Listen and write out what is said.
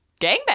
gangbang